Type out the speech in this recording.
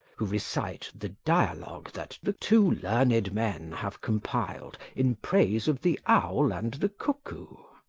who recite the dialogue that the two learned men have compiled in praise of the owl and the cuckoo.